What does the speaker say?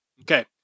Okay